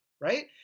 right